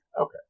Okay